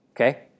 Okay